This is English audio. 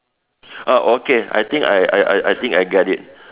ah okay I think I I I I think I get it